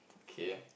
okay